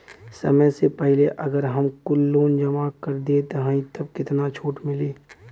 समय से पहिले अगर हम कुल लोन जमा कर देत हई तब कितना छूट मिली?